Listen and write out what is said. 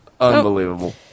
unbelievable